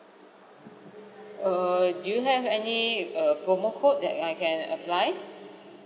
err do you have any err promo code that I can apply